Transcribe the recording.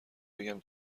بگم